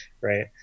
right